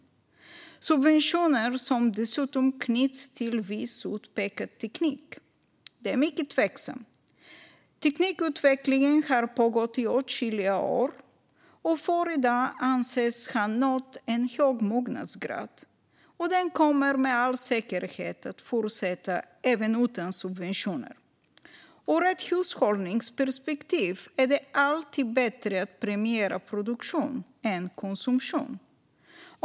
Det är subventioner som dessutom knyts till viss utpekad teknik. Det är mycket tveksamt. Teknikutvecklingen har pågått i åtskilliga år och får i dag anses ha nått en hög mognadsgrad. Den kommer med all säkerhet att fortsätta även utan subventioner. Ur ett hushållningsperspektiv är det alltid bättre att premiera produktion än konsumtion.